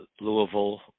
Louisville